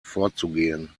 vorzugehen